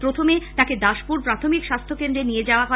প্রথমে তাঁকে দাসপুর প্রাথমিক স্বাস্থ্যকেন্দ্রে নিয়ে যাওয়া হয়